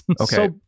Okay